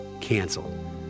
canceled